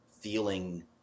feeling